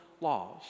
laws